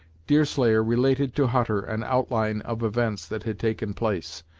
deerslayer related to hutter an outline of events that had taken place,